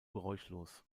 geräuschlos